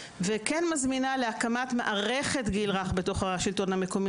ומזמינה להקמת מערכת גיל רך אחת בתוך השלטון המקומי.